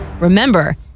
remember